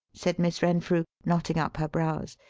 said miss renfrew, knotting up her brows.